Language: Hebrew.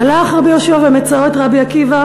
"הלך ומצאו רבי עקיבא